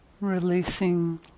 Releasing